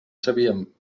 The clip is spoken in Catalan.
sabíem